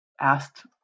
asked